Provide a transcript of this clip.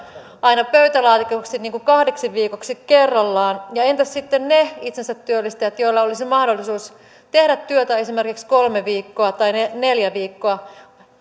aina pöytälaatikosta kahdeksi viikoksi kerrallaan ja entäs sitten ne itsensätyöllistäjät joilla olisi mahdollisuus tehdä työtä esimerkiksi kolme viikkoa tai neljä viikkoa